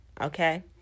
okay